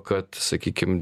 kad sakykim